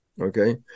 Okay